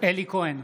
אלי כהן,